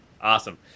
Awesome